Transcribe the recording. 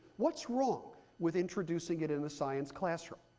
what's wrong with introducing it in the science classroom?